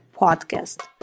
podcast